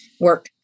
work